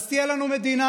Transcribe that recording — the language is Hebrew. אז תהיה לנו מדינה,